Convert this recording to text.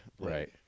Right